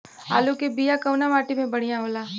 आलू के बिया कवना माटी मे बढ़ियां होला?